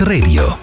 Radio